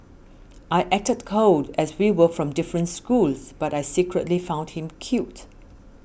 I acted cold as we were from different schools but I secretly found him cute